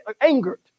angered